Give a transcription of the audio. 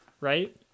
right